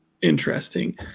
interesting